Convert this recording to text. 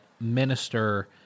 minister